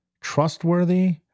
trustworthy